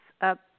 up